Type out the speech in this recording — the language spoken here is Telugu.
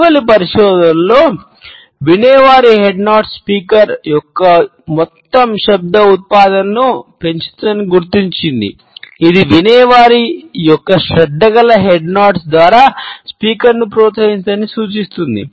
ఇటీవలి పరిశోధనలో వినేవారి హెడ్ నోడ్స్ స్పీకర్ పెంచుతుందని గుర్తించింది ఇది వినేవారి యొక్క శ్రద్ధగల హెడ్ నోడ్స్ ద్వారా స్పీకర్ను ప్రోత్సహిస్తుందని సూచిస్తుంది